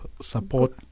support